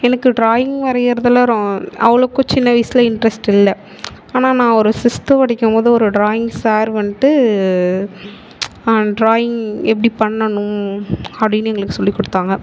எனக்கு டிராயிங் வரைகிறதுல அவ்வளோக்கு சின்ன வயசில் இன்டரஸ்ட் இல்லை ஆனால் நான் ஒரு சிஸ்த்து படிக்கும்போது ஒரு டிராயிங் சார் வந்துட்டு டிராயிங் எப்படி பண்ணணும் அப்படினு எங்களுக்கு சொல்லி கொடுத்தாங்க